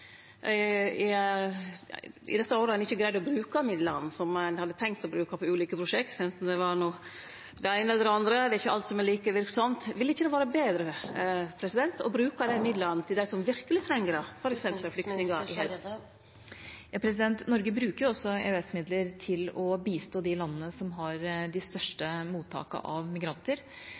I dette året har ein ikkje greidd å bruke midlane som ein hadde tenkt å bruke på ulike prosjekt, anten det var det eine eller det andre. Det er ikkje alt som er like verksamt. Ville det ikkje vore betre å bruke midlane på dei som verkeleg treng det, f.eks. flyktningar i Hellas? Norge bruker også EØS-midler til å bistå de landene som har de største mottakene av